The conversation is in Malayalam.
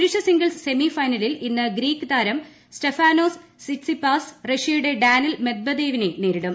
പുരുഷ സിംഗിൾസ് സെമി ഫൈനലിൽ ഇന്ന് ഗ്രീക്ക് താരം സ്റ്റെഫാനോസ് സിറ്റ്സിപാസ് റഷ്യയുടെ ഡാനിൽ മെദ്വദേവിനെ നേരിടും